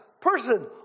person